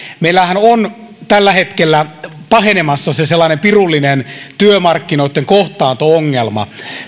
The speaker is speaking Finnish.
meillähän on tällä hetkellä pahenemassa se sellainen pirullinen työmarkkinoitten kohtaanto ongelma